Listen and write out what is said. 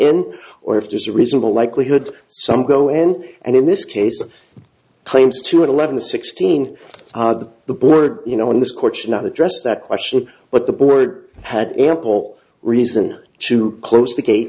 in or if there's a reasonable likelihood some go in and in this case claims to eleven to sixteen the board you know in this court should not address that question but the board had ample reason to close the gate